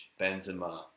Benzema